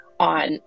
on